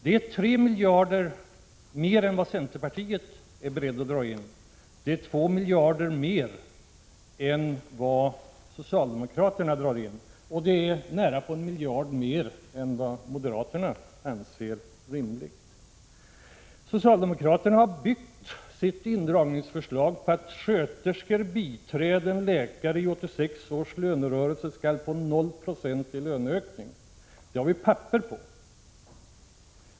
Det är 3 miljarder mer än vad centerpartiet är berett att dra in, 2 miljarder mer än vad socialdemokraterna drar in och nära 1 miljard mer än vad moderaterna anser är rimligt. Socialdemokraterna har byggt sitt indragningsförslag på att sjuksköterskor, biträden och läkare i 1986 års lönerörelse skall få 0 96 i löneökning — det finns papper på det.